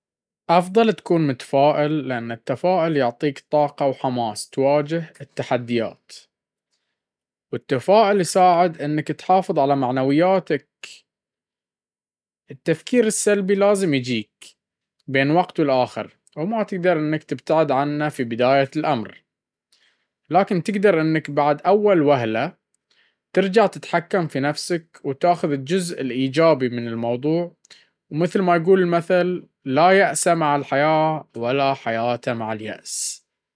أفضل تكون متفائل لأنه التفائل يعطيك طاقة وحماس تواجه التحديات، والتفاؤل يساعدك انك تحافظ على معنوياتك, التفكير السلبي لازم يجيك بين وقت والآخر وما تقدر انك تبتعد عنه في بداية الأمر لاكن تقدر انك بعد أول وهلة ترجع تتحكم في نفسك وتاخذ الجزء الإيجابي من الموضوع. ومثل ما يقول المثل لا يأس معى الحياة ولا حياة معى اليأس.